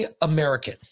american